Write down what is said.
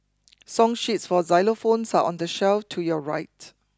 song sheets for xylophones are on the shelf to your right